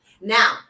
Now